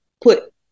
put